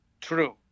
true